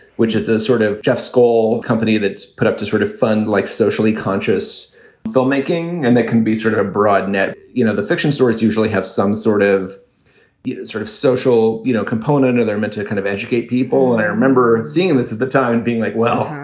which is a sort of jeff skoll company that's put up to sort of fund like socially conscious filmmaking. and that can be sort of a broad net. you know, the fiction stories usually have some sort of sort of social you know component of their men to kind of educate people. and i remember seeing this at the time being like, well,